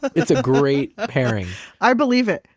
it's a great pairing i believe it.